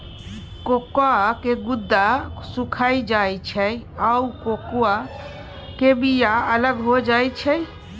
cocoa के गुद्दा सुइख जाइ छइ आ कोकोआ के बिया अलग हो जाइ छइ